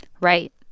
right